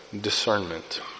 discernment